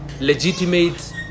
legitimate